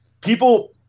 People